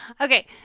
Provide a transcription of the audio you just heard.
Okay